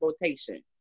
rotation